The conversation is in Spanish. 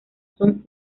sun